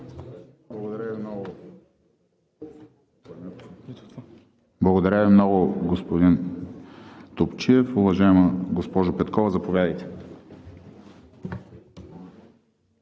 Благодаря Ви много, господин Топчиев. Уважаема госпожо Петкова, заповядайте.